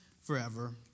forever